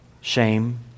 Shame